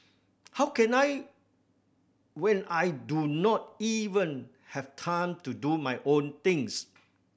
how can I when I do not even have time to do my own things